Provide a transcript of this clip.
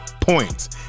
points